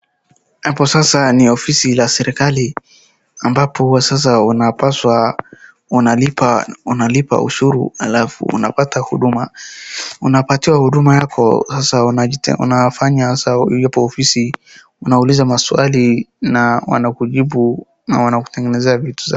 Hapo sasa ni ofisi ya serikali ambapo sasa wanapaswa wanalipa, wanalipa ushuru alafu unapata huduma, unapatiwa huduma yako sasa unafanya sasa yupo ofisi, unauliza maswali na wamakujibu na wanakutengenezea vitu zako.